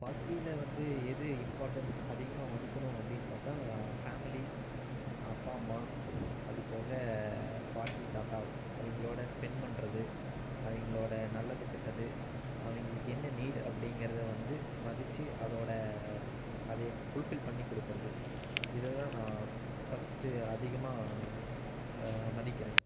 வாழ்க்கையில வந்து எது இம்பார்டன்ஸ் அதிகமாக மதிக்கணும் அப்படின்னு பார்த்தா ஃபேமிலி அப்பா அம்மா அதுப்போக பாட்டி தாத்தா அவங்களோட ஸ்பெண்ட் பண்ணுறது அவங்களோட நல்லது கெட்டது அவங்களுக்கு என்ன நீட் அப்படிங்கிறத வந்து மதித்து அதோடய அதை ஃபுல்ஃபில் பண்ணி கொடுக்குறது இதைதான் நான் ஃபர்ஸ்ட்டு அதிகமாக மதிக்கிறேன்